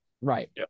Right